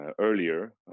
earlier